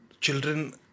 children